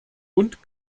und